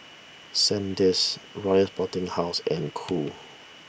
Sandisk Royal Sporting House and Cool